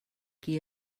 qui